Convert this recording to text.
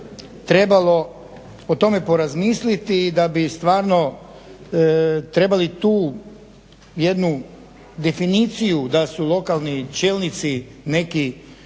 trebalo o tome porazmisliti, i da bi stvarno trebali tu jednu definiciju da su lokalni čelnici neki